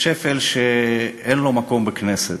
לשפל שאין לו מקום בכנסת,